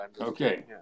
Okay